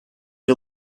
you